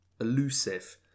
elusive